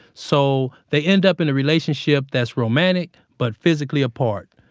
so they end up in a relationship that's romantic, but physically apart.